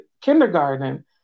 kindergarten